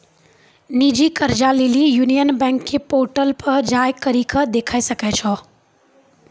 निजी कर्जा लेली यूनियन बैंक के पोर्टल पे जाय करि के देखै सकै छो